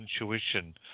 intuition